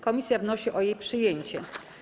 Komisja wnosi o jej przyjęcie.